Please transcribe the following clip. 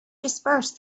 disperse